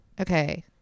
Okay